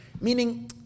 Meaning